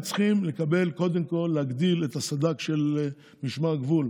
הם צריכים להגדיל את הסד"כ של משמר הגבול,